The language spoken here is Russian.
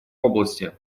области